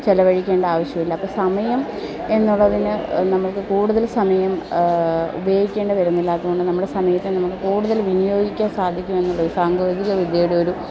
ചെലവഴിക്കേണ്ട ആവശ്യമില്ല അപ്പം സമയം എന്നുള്ളതിന് നമുക്ക് കൂടുതൽ സമയം ഉപയോഗിക്കേണ്ടി വരുന്നില്ല അതുകൊണ്ട് നമ്മുടെ സമയത്തെ നമുക്ക് കൂടുതൽ വിനിയോഗിക്കാൻ സാധിക്കും എന്നുള്ള സാങ്കേതിക വിദ്യയുടെ ഒരു